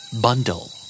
Bundle